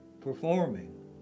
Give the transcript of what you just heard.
performing